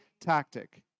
tactic